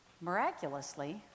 miraculously